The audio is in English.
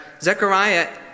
Zechariah